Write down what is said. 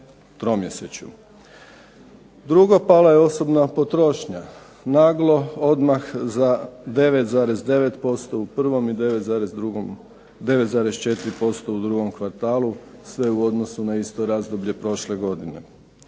Drugo, pala je osobna potrošnja naglo odmah za 9,9% u prvom i 9,4% u drugom kvartalu sve u odnosu na isto razdoblje prošle godine.